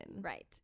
Right